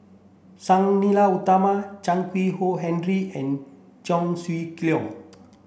Sang Nila Utama Chan Keng Howe Harry and Cheong Siew Keong